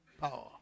power